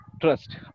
trust